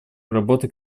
работы